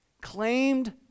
claimed